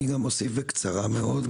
אוסיף בקצרה מאוד,